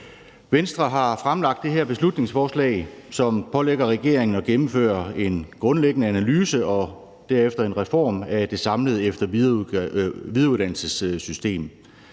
Venstre har fremsat det her beslutningsforslag, som pålægger regeringen at gennemføre en grundlæggende analyse og derefter en reform af det samlede efter- og videreuddannelsessystem,